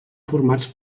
formats